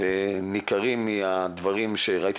'התשובה חיובית', מי אומר שהוא שמע,